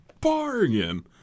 Bargain